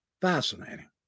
Fascinating